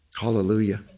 Hallelujah